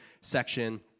section